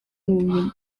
n’ubumenyi